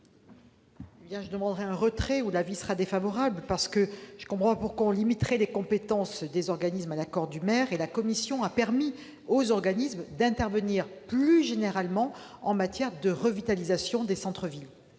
à défaut, j'émettrai un avis défavorable. Je ne comprends pas pourquoi on limiterait les compétences des organismes à l'accord du maire. La commission a permis aux organismes d'intervenir plus généralement en matière de revitalisation des centres-villes.